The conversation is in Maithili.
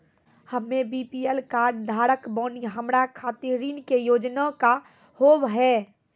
हम्मे बी.पी.एल कार्ड धारक बानि हमारा खातिर ऋण के योजना का होव हेय?